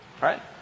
Right